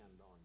on